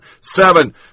seven